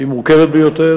היא מורכבת ביותר.